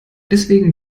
deswegen